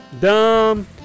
Dumb